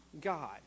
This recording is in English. God